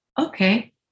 okay